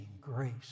grace